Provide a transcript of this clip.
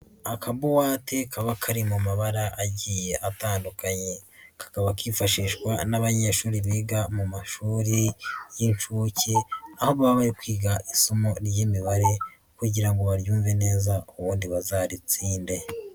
Akabuwate kaba kari mu mabara agiye atandukanye kakaba kifashishwa n'abanyeshuri biga mu mashuri y'inshuke aho baba bari kwiga isomo ry'imibare kugira ngo baryumve neza ubundi bazaritsinde.